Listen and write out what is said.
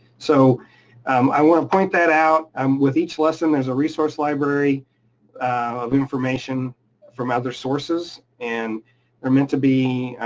so um i wanna point that out, um with each lesson, there's a resource library of information from other sources, and they're meant to be.